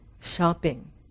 shopping